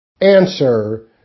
Answer